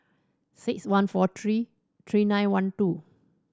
six one four three three nine one two